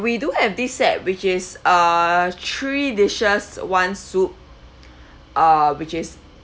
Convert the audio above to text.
we do have this set which is uh three dishes one soup uh which is